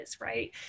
right